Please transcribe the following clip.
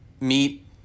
meet